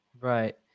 Right